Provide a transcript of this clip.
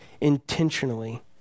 intentionally